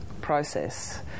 process